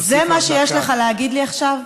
וזה מה שיש לך להגיד לי עכשיו?